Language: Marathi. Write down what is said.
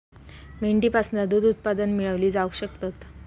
मेंढीपासना दूध उत्पादना मेळवली जावक शकतत